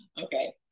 Okay